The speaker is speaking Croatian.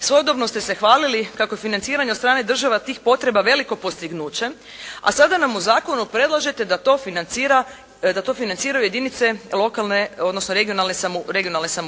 Svojedobno ste se hvalili kako financiranje od strane države tih potreba veliko postignuće, a sada nam u zakonu predlažete da to financiraju jedinice lokalne, odnosno